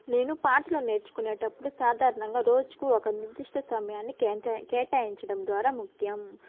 నేను పాటలు నేర్చుకునేటప్పుడు సాధారణంగా రోజుకు ఒక నిర్దిష్ట సమయాన్ని కేంట కేటాయించడం ద్వారా ముఖ్యం